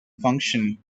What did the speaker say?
function